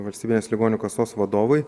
valstybinės ligonių kasos vadovui